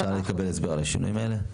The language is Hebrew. אפשר לקבל הסבר על השינויים האלה?